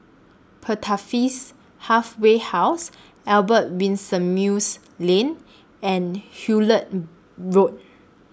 Pertapis Halfway House Albert Winsemius Lane and Hullet Road